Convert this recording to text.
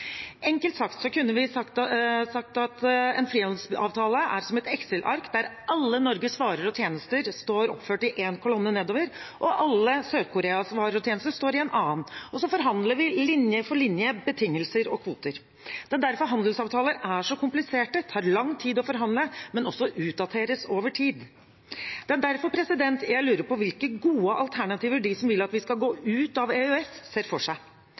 Enkelt sagt er en frihandelsavtale som et Excel-ark der alle Norges varer og tjenester står oppført i én kolonne nedover, og alle Sør-Koreas varer og tjenester står i en annen, og så forhandler vi linje for linje betingelser og kvoter. Det er derfor handelsavtaler er så kompliserte og tar lang tid å forhandle, men også utdateres over tid. Det er derfor jeg lurer på hvilke gode alternativer de som vil at vi skal gå ut av EØS, ser for seg.